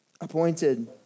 appointed